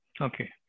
Okay